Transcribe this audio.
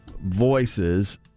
voices